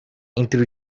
entre